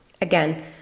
Again